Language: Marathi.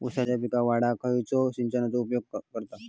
ऊसाचा पीक वाढाक खयच्या सिंचनाचो उपयोग करतत?